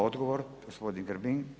Odgovor, gospodin Grbin.